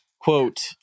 Quote